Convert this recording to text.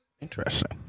interesting